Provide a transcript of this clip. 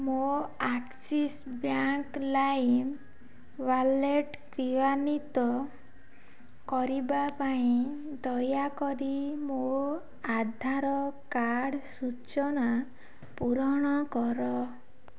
ମୋ Axis bank Lime wallet କ୍ରିୟାନ୍ଵିତ କରିବା ପାଇଁ ଦୟାକରି ମୋ ଆଧାର କାର୍ଡ଼ ସୂଚନା ପୂରଣ କର